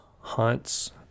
hunts